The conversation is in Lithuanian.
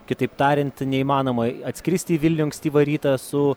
kitaip tariant neįmanomai atskristi į vilnių ankstyvą rytą su